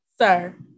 Sir